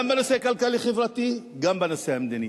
גם בנושא הכלכלי-חברתי, גם בנושא המדיני,